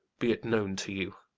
be it known to you,